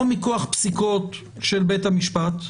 או מכוח פסיקות של בית המשפט,